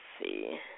see